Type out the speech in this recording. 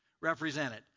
represented